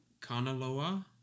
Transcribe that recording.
Kanaloa